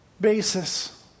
basis